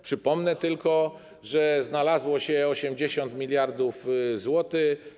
Przypomnę tylko, że znalazło się 80 mld zł.